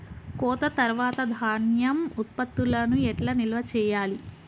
కోత తర్వాత ధాన్యం ఉత్పత్తులను ఎట్లా నిల్వ చేయాలి?